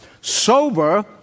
Sober